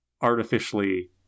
artificially